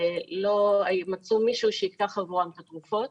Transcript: ולא מצאו מישהו שייקח עבורם את התרופות.